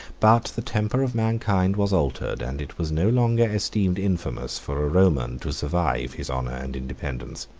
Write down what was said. but the temper of mankind was altered, and it was no longer esteemed infamous for a roman to survive his honor and independence.